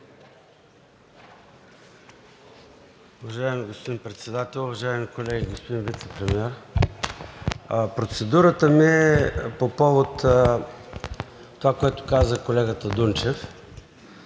Уважаеми господин Председател, уважаеми колеги, господин Вицепремиер! Процедурата ми е по повод това, което каза колегата Дунчев